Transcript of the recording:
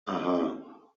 aha